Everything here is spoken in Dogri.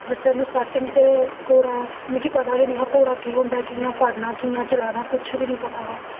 जिसलै में स्टार्टिंग च घोड़ा मिकी पता गै नेईं हा कि घोड़ा केह् होंदा ऐ में कि'यां फड़ना कि'यां चलाना किश बी निं पता हा